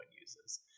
uses